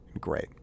Great